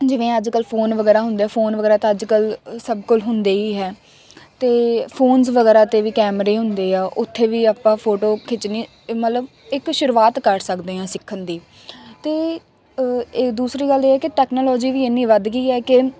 ਜਿਵੇਂ ਅੱਜ ਕੱਲ੍ਹ ਫੋਨ ਵਗੈਰਾ ਹੁੰਦੇ ਫੋਨ ਵਗੈਰਾ ਤਾਂ ਅੱਜ ਕੱਲ੍ਹ ਸਭ ਕੋਲ ਹੁੰਦੇ ਹੀ ਹੈ ਅਤੇ ਫੋਨਸ ਵਗੈਰਾ 'ਤੇ ਵੀ ਕੈਮਰੇ ਹੁੰਦੇ ਆ ਉੱਥੇ ਵੀ ਆਪਾਂ ਫੋਟੋ ਖਿੱਚਣੀ ਮਤਲਬ ਇੱਕ ਸ਼ੁਰੂਆਤ ਕਰ ਸਕਦੇ ਹਾਂ ਸਿੱਖਣ ਦੀ ਅਤੇ ਇਹ ਦੂਸਰੀ ਗੱਲ ਇਹ ਹੈ ਕਿ ਟੈਕਨਾਲੋਜੀ ਵੀ ਇੰਨੀ ਵੱਧ ਗਈ ਹੈ ਕਿ